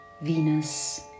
Venus